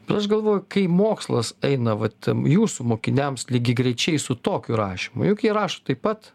bet aš galvoju kai mokslas eina va ten jūsų mokiniams lygiagrečiai su tokiu rašymu juk jie rašo taip pat